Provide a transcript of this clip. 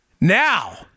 Now